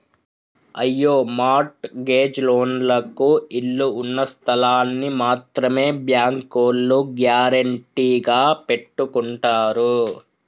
అయ్యో mortgage లోన్లకు ఇళ్ళు ఉన్నస్థలాల్ని మాత్రమే బ్యాంకోల్లు గ్యారెంటీగా పెట్టుకుంటారు